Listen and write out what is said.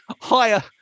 higher